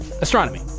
astronomy